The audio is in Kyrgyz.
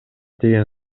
деген